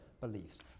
beliefs